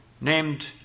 named